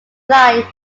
line